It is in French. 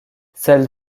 celle